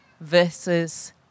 versus